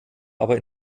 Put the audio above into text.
aber